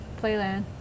Playland